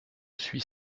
suis